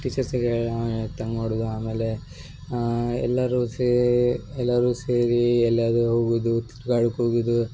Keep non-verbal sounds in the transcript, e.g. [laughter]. ಟೀಚರ್ಸಿಗೆಲ್ಲ [unintelligible] ಹೊಡೆದು ಆಮೇಲೆ ಎಲ್ಲರು ಸೇ ಎಲ್ಲರು ಸೇರಿ ಎಲ್ಲಾದರು ಹೋಗುದು ತಿರ್ಗಾಡಕ್ಕೆ ಹೋಗುದು